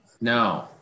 No